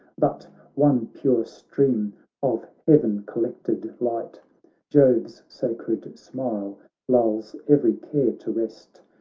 but one pure stream of heaven-collected light jove's sacred smile lulls every care to rest,